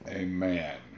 amen